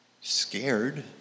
scared